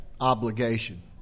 obligation